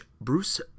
Bruce